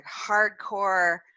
hardcore